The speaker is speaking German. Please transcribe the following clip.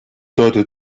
deutet